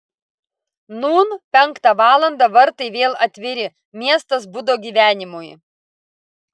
nūn penktą valandą vartai vėl atviri miestas budo gyvenimui